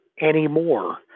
anymore